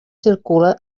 circula